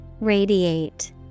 Radiate